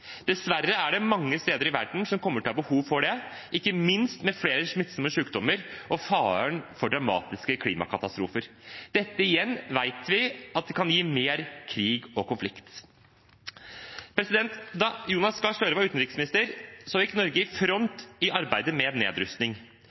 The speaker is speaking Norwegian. Dessverre er det mange steder i verden som kommer til å ha behov for det, ikke minst med flere smittsomme sykdommer og faren for dramatiske klimakatastrofer. Dette igjen vet vi kan gi mer krig og konflikt. Da Jonas Gahr Støre var utenriksminister, gikk Norge i front i arbeidet med nedrustning.